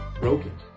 broken